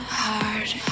hard